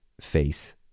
face